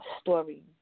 story